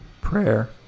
prayer